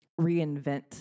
reinvent